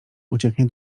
ucieknie